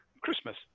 Christmas